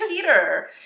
Peter